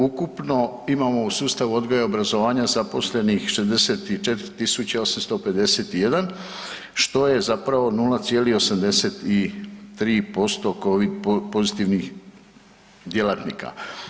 Ukupno imamo u sustavu odgoja i obrazovanja zaposlenih 64 851, što je zapravo 0,83% Covid pozitivnih djelatnika.